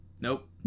Nope